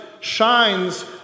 shines